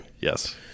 Yes